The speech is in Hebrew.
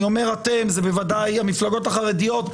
אני אומר "אתם" ומכוון למפלגות החרדיות,